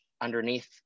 underneath